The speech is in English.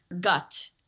gut